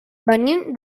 venim